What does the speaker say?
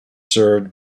served